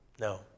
No